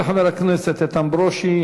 תודה לחבר הכנסת איתן ברושי.